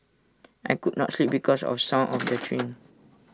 I could not sleep because of the sound of the train